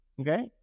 okay